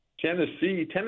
Tennessee